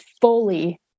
fully